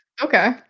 Okay